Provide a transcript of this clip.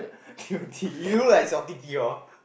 Timothy you look like 小弟弟 hor